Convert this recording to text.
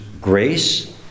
grace